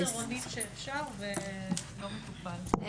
לימור סון הר מלך (עוצמה יהודית): לגמרי,